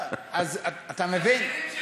אתה מבין?